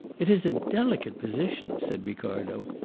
it is a delicate position, said ricardo.